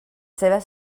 seues